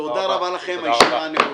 תודה רבה לכם, הישיבה נעולה.